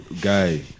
Guy